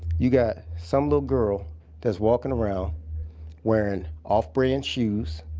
you got some little girl that's walking around wearing off-brand shoes,